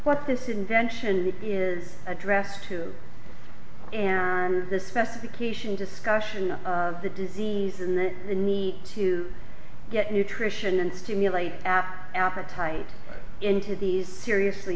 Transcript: what this invention is addressed to the specification discussion of the disease and the need to get nutrition and stimulate at appetite into these seriously